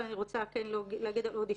אבל אני רוצה להקריא מעוד אישה: